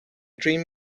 dream